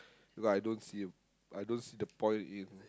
because I don't see a I don't see the point in